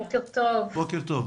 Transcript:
בוקר טוב